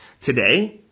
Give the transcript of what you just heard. Today